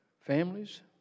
families